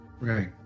right